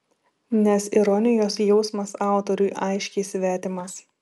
nes ironijos jausmas autoriui aiškiai svetimas